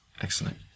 Excellent